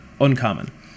Uncommon